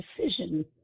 decision